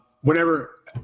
whenever